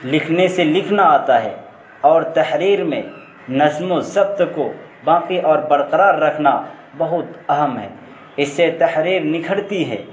لکھنے سے لکھنا آتا ہے اور تحریر میں نظم و ضبط کو باقی اور برقرار رکھنا بہت اہم ہے اس سے تحریر نکھرتی ہے